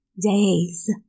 days